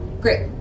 Great